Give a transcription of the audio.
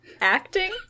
Acting